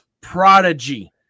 prodigy